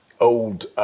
old